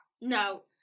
No